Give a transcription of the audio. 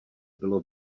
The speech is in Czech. bylo